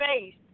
face